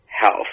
health